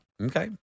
Okay